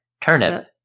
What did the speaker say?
turnip